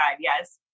yes